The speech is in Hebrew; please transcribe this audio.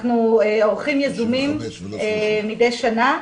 אנחנו עורכים יזומים מדי שנה.